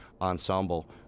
ensemble